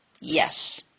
Yes